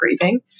grieving